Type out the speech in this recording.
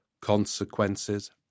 consequences